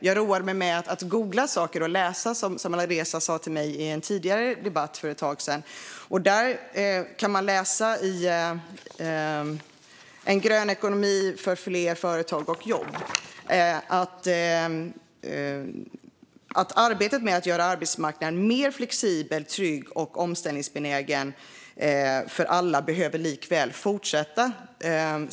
Jag har också roat mig med att googla saker om sådant som Alireza Akhondi sagt till mig i en tidigare debatt. I En grön ekonomi för fler företag och jobb kan man läsa: "Arbetet med att göra arbetsmarknaden mer flexibel, trygg och omställningsbenägen för alla behöver likväl fortsätta."